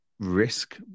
risk